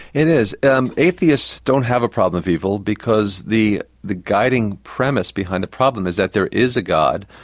it is. and atheists don't have a problem of evil because the the guiding premise behind the problem is that there is a god,